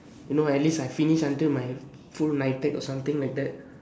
you know at least I finish until my full N_I_T_E_C or something like that